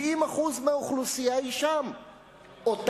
70% מהאוכלוסייה הם פלסטינים.